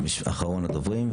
אחרון הדוברים,